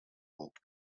hope